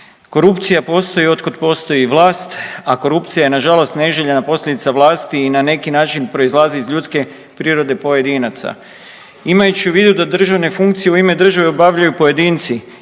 Korupcija postoji od kad postoji vlast, a korupcija je nažalost neželjena posljedica vlasti i na neki način proizlazi iz ljudske prirode pojedinaca. Imajući u vidu da državne funkcije u ime države obavljaju pojedinci,